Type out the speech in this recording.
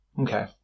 Okay